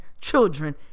children